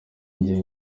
nge